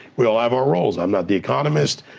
we all have our roles. i'm not the economist.